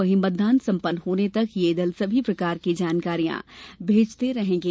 वहीं मतदान संपन्न होने तक यह दल सभी प्रकार की जानकारियां भेजते रहेंगे